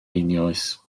einioes